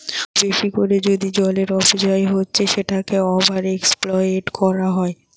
অনেক বেশি কোরে যদি জলের অপচয় হচ্ছে সেটাকে ওভার এক্সপ্লইট কোরা বলে